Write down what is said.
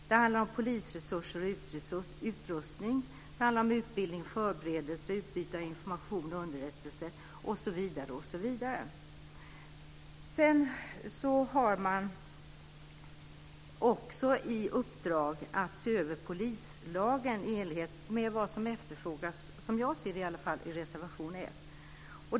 Det handlar om polisresurser och utrustning. Det handlar om utbildning, förberedelse och utbyte av information och underrättelser osv. Man har också i uppdrag att se över polislagen i enlighet med vad som efterfrågas, som jag ser det i alla fall, i reservation 1.